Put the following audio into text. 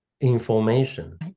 information